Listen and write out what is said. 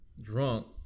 drunk